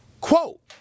quote